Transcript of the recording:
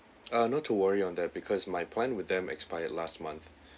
uh not to worry on that because my plan with them expired last month